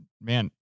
man